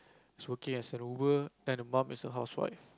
is working as a mover then the mom is a housewife